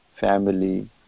family